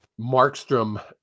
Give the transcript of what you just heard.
Markstrom